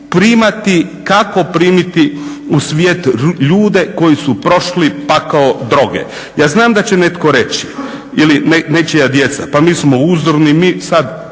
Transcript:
primati kako primiti u svijet ljude koji su prošli pakao droge. Ja znam da će netko reći ili nečija djeca pa mi smo uzorni, mi sad